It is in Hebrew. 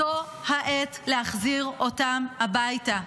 זו העת להחזיר אותם הביתה.